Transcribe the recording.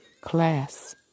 class